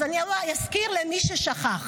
אז אני אזכיר למי ששכח.